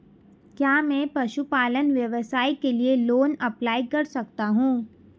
क्या मैं पशुपालन व्यवसाय के लिए लोंन अप्लाई कर सकता हूं?